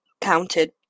counted